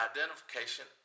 Identification